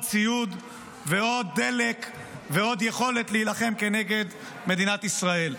ציוד ועוד דלק ועוד יכולת להילחם כנגד מדינת ישראל.